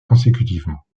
consécutivement